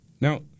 now